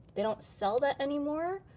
they don't sell that anymore.